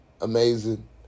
amazing